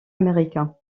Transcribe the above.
américain